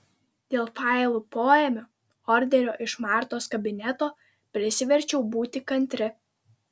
dėl failų poėmio orderio iš martos kabineto prisiverčiau būti kantri